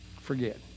forget